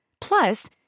Plus